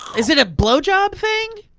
is it a blow job thing?